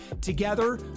Together